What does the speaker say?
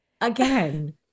again